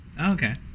okay